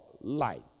light